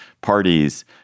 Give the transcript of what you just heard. parties